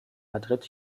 madrid